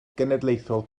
genedlaethol